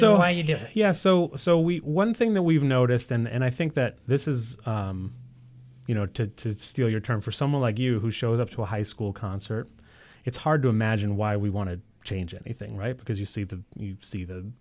know yeah so so we one thing that we've noticed and i think that this is you know to steal your term for someone like you who showed up to a high school concert it's hard to imagine why we want to change anything right because you see the you see the